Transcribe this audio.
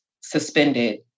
suspended